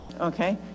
Okay